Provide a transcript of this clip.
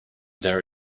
there